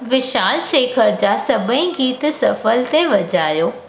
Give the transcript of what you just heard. विशाल शेखर जा सभेई गीत शफल ते वॼायो